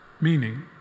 Meaning